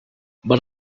but